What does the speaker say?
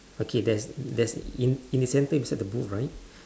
okay there's there's in the centre inside the booth right